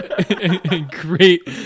Great